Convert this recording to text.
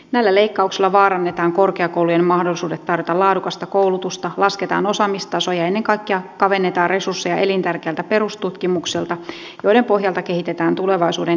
näillä leikkauksilla vaarannetaan korkeakoulujen mahdollisuudet tarjota laadukasta koulutusta lasketaan osaamistasoa ja ennen kaikkea kavennetaan resursseja elintärkeältä perustutkimukselta joiden pohjalta kehitetään tulevaisuuden innovaatioita